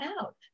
out